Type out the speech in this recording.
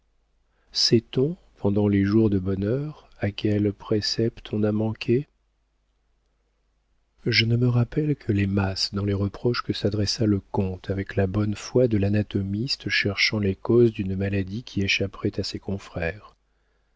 sait-on pendant les jours de bonheur à quels préceptes on a manqué je ne me rappelle que les masses dans les reproches que s'adressa le comte avec la bonne foi de l'anatomiste cherchant les causes d'une maladie qui échapperaient à ses confrères